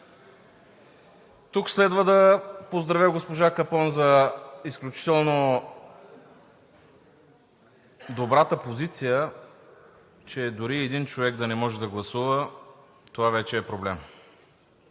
Тук следва да поздравя госпожа Капон за изключително добрата позиция, че дори и един човек да не може да гласува – това вече е проблем.